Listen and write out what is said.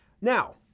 Now